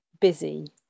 Busy